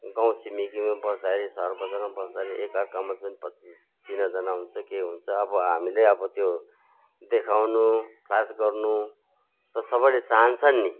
गाउँ छिमेकीमा बस्दाखेरि सहर बजारमा बस्दाखेरि एकअर्कामा जुन चिनाजाना हुन्छ के हुन्छ अब हामीले अब त्यो देखाउनु फ्लास गर्नु त सबैले चाहन्छन् नि